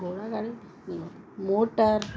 घोड़ा गाड़ी मोटर